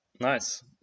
Nice